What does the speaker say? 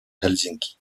helsinki